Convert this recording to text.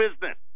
business